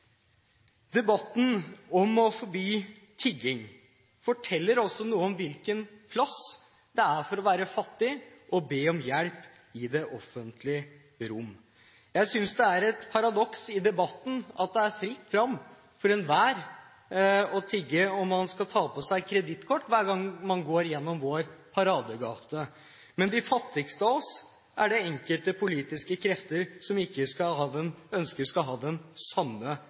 Debatten om å forby tigging forteller også noe om hvilken plass det er for å være fattig og be om hjelp i det offentlige rom. Jeg synes det er et paradoks i debatten at det er fritt fram for enhver å tigge og man kan ha med seg kredittkort hver gang man går gjennom vår paradegate, mens det er enkelte politiske krefter som ikke ønsker at de fattigste av oss skal ha den samme